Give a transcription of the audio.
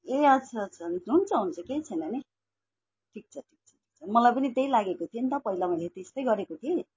ए अच्छा अच्छा हुन्छ हुन्छ केही छैन नि ठिक छ ठिक छ ठिक छ मलाई पनि त्यही लागेको थियो नि त पहिला मैले त्यस्तै गरेको थिएँ